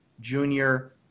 junior